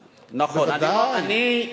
חוק השבות פוטר גם משפחות, בוודאי.